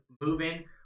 moving